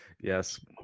Yes